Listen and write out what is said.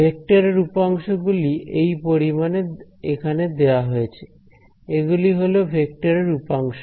ভেক্টরের উপাংশ গুলি এই পরিমাণ এ এখানে দেয়া হয়েছে এগুলি হলো ভেক্টরের উপাংশ